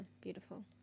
beautiful